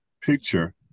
picture